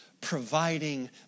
providing